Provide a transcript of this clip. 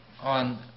on